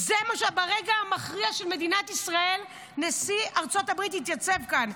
ברגע המכריע של מדינת ישראל נשיא ארצות הברית התייצב כאן.